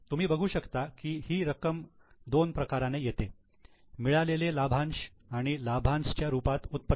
तुम्ही बघू शकता की ही रक्कम दोन प्रकाराने येते मिळालेले लाभांश आणि लाभांशच्या रूपात उत्पन्न